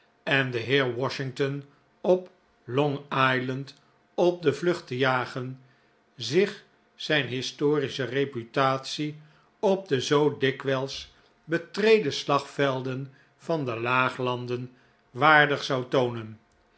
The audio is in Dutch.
en den heer washington op long island op de vlucht te jagen zich zijn historische reputatie op de zoo dikwijls betreden slagvelden van de laaglanden waardig zou toonen